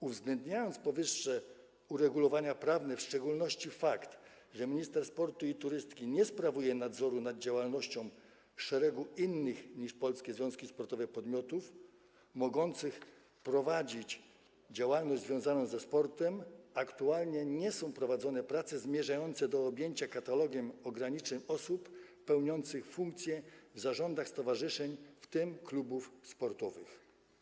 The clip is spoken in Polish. Uwzględniając powyższe uregulowania prawne, w szczególności fakt, że minister sportu i turystyki nie sprawuje nadzoru nad działalnością szeregu innych niż polskie związki sportowe podmiotów mogących prowadzić działalność związaną ze sportem, chciałbym powiedzieć, że aktualnie nie są prowadzone prace zmierzające do objęcia katalogiem ograniczeń osób pełniących funkcje w zarządach stowarzyszeń, w tym klubów sportowych.